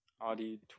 Audi